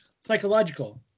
psychological